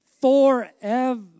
Forever